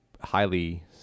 highly